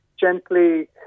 gently